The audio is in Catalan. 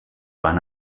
van